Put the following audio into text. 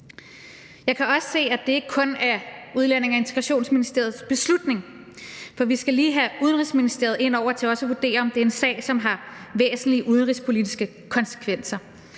Jeg kan også se, at det ikke kun er Udlændinge- og Integrationsministeriets beslutning, for vi skal også lige have Udenrigsministeriet ind over til at vurdere, om det er en sag, som har væsentlige udenrigspolitiske konsekvenser.